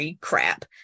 crap